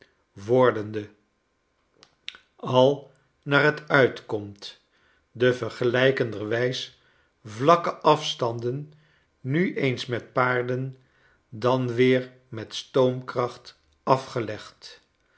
wordende al naar t uitkomt de vergeliikenderwijs vlakke afstanden nu eens met paarden dan weer met stoomkracht afgelegd